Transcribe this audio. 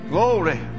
Glory